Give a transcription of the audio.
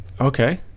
Okay